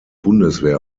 bundeswehr